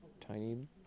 tiny